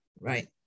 right